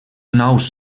nous